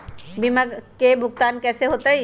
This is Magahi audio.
बीमा के भुगतान कैसे होतइ?